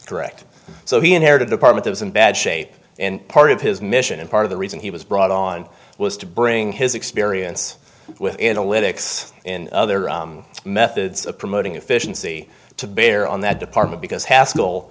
correct so he inherited department was in bad shape in part of his mission and part of the reason he was brought on was to bring his experience with analytics in other methods of promoting efficiency to bear on that department because has